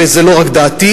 וזו לא רק דעתי,